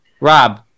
Rob